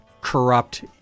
corrupt